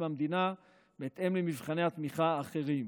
מהמדינה בהתאם למבחני התמיכה האחרים.